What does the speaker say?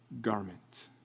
garment